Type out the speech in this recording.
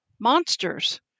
monsters